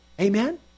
Amen